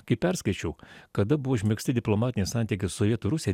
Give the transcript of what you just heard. kai perskaičiau kada buvo užmegzti diplomatiniai santykiai su sovietų rusija